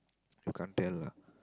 you can't tell lah